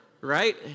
right